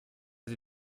sie